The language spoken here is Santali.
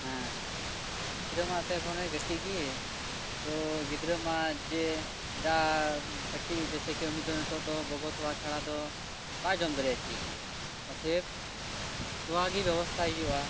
ᱦᱮᱸ ᱜᱤᱫᱽᱨᱟᱹ ᱢᱟᱛᱚᱭ ᱮᱠᱷᱚᱱᱚ ᱠᱟᱴᱤᱜ ᱜᱮ ᱛᱚ ᱜᱤᱫᱽᱨᱟᱹ ᱢᱟ ᱡᱮ ᱡᱟ ᱠᱟᱴᱤᱜ ᱡᱮᱭᱥᱮ ᱠᱤ ᱩᱱᱤ ᱫᱚ ᱱᱤᱛᱚᱜ ᱫᱚ ᱜᱚᱜᱚ ᱛᱚᱣᱟ ᱪᱷᱟᱲᱟ ᱫᱚ ᱵᱟᱭ ᱡᱚᱢ ᱫᱟᱲᱮᱭᱟᱜᱼᱟ ᱪᱮᱜ ᱜᱮ ᱚᱛᱷᱚᱮᱵᱽ ᱛᱚᱣᱟ ᱜᱮ ᱵᱮᱵᱚᱥᱛᱟᱭ ᱦᱩᱭᱩᱜᱼᱟ